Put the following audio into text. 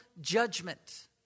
judgment